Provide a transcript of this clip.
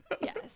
yes